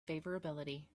favorability